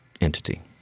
entity